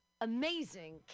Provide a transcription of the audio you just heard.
Amazing